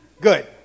Good